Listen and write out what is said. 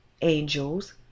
angels